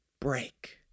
break